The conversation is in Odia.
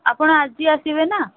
ଆପଣ ଆଜି ଆସିବେ ନା